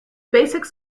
basics